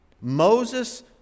Moses